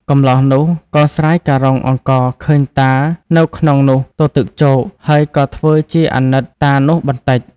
កម្លោះនោះក៏ស្រាយការុងអង្គរឃើញតានៅក្នុងនោះទទឹកជោក ហើយក៏ធ្វើជាអាណិតតានោះបន្តិច។